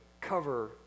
cover